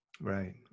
right